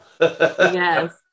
Yes